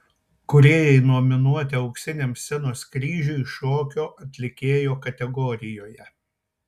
kūrėjai nominuoti auksiniam scenos kryžiui šokio atlikėjo kategorijoje